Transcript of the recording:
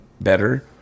better